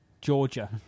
Georgia